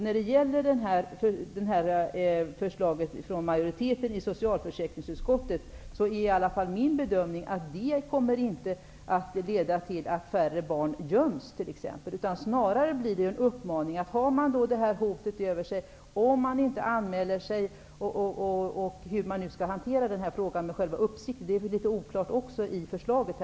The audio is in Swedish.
När det gäller förslaget från majoriteten i socialförsäkringsutskottet är min bedömning att det inte kommer att leda till att barn t.ex. göms. Snarare blir det en uppmaning. Man har det här hotet över sig om man inte anmäler sig. Hur sedan frågan om själva uppsikten skall hanteras är litet oklart i förslaget.